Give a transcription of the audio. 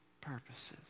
purposes